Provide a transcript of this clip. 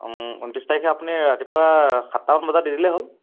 অঁ ঊনত্ৰিছ তাৰিখে আপুনি ৰাতিপুৱা সাতটামান বজাত দি দিলেই হ'ল